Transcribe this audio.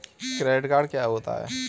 Credit card क्या होता है?